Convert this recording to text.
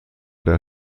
der